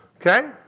Okay